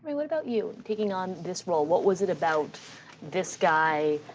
what about you, taking on this role? what was it about this guy?